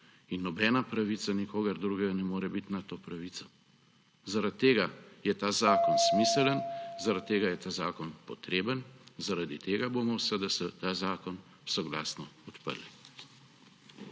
In nobena pravica nikogar drugega ne more biti nad to pravico. Zaradi tega je ta zakon smiseln, zaradi tega je ta zakon potreben, zaradi tega bomo v SDS ta zakon soglasno podprli.